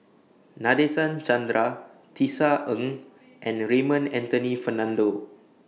Nadasen Chandra Tisa Ng and Raymond Anthony Fernando